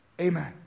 Amen